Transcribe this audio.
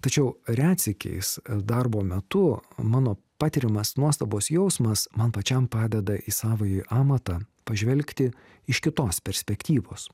tačiau retsykiais darbo metu mano patiriamas nuostabos jausmas man pačiam padeda į savąjį amatą pažvelgti iš kitos perspektyvos